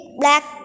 black